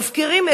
מפקירים,